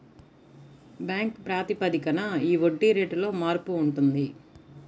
bank ప్రాతిపదికన ఈ వడ్డీ రేటులో మార్పు ఉంటుంది